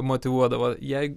motyvuodavo jei